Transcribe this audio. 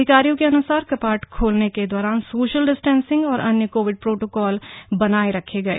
अधिकारियों के अनुसार कपाट खोलने के दौरान सोशल डिस्टेंसिंग और अन्य कोविड प्रोटोकॉल बनाए रखा गया था